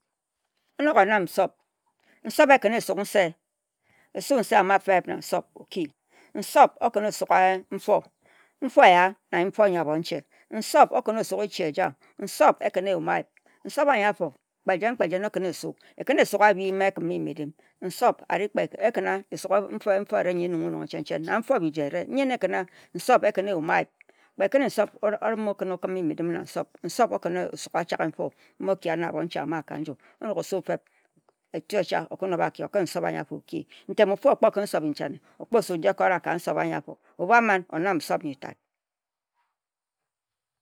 Enok enam nsop, nsop ekan-na esuk nsee o-kim-o-ki. Nsop ekinna esuk nfo, nfo yi-abonche nsop okanna osuk echi eja, nsop ekanna esuk nfo nsop ah-nyi ekanna esuk kpe-jen-kpe-jen eken-na esuk abhi ma ekima eyim-edim, nsop ekin-na esuk nfo enung erie nsop ekin-na esuk kpe jen-jen, ekin-na esuk nfo biji erie, nsop ekina-eyoma-ayip.